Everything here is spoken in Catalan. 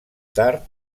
tard